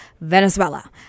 Venezuela